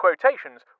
quotations